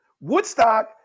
Woodstock